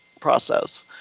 process